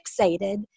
fixated